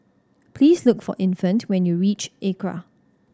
please look for Infant when you reach ACRA